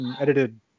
edited